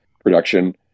production